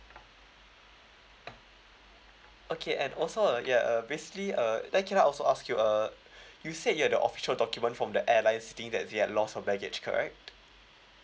okay and also uh yeah uh basically uh then can I also ask you uh you said that you have the official document from the airlines stating that they had lost your baggage correct